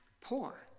poor